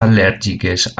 al·lèrgiques